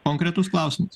konkretus klausimas